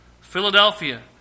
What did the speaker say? Philadelphia